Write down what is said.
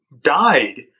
died